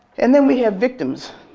and then we have victims,